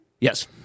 yes